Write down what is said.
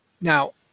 Now